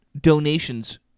donations